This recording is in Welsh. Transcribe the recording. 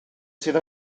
sydd